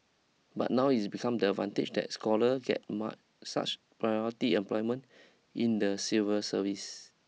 but now it's become about the advantages that scholar get such as priority employment in the civil service